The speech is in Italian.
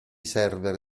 server